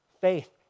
faith